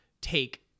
take